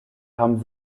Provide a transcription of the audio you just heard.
haben